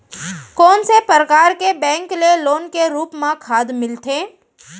कोन से परकार के बैंक ले लोन के रूप मा खाद मिलथे?